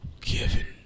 Kevin